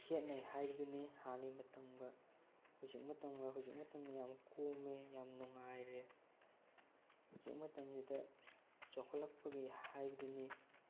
ꯈꯦꯠꯅꯩ ꯍꯥꯏꯕꯗꯨꯅꯤ ꯍꯥꯟꯅꯒꯤ ꯃꯇꯝꯒ ꯍꯧꯖꯤꯛ ꯃꯇꯝꯒ ꯍꯧꯖꯤꯛ ꯃꯇꯝꯅ ꯌꯥꯝ ꯀꯣꯝꯃꯦ ꯌꯥꯝ ꯅꯨꯡꯉꯥꯏꯔꯦ ꯍꯧꯖꯤꯛ ꯃꯇꯝꯁꯤꯗ ꯆꯥꯎꯈꯠꯂꯛꯄꯒꯤ ꯍꯥꯏꯕꯗꯨꯅꯤ